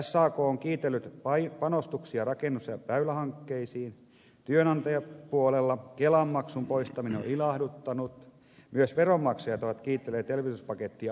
sak on kiitellyt panostuksia rakennus ja väylähankkeisiin työnantajapuolella kelamaksun poistaminen on ilahduttanut myös veronmaksajat ovat kiitelleet elvytyspakettia oikean suuntaiseksi